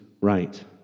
right